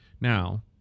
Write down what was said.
Now